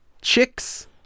chicks